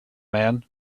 man